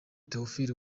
theophile